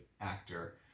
actor